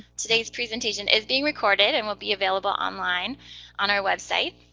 today's presentation is being recorded and will be available online on our website.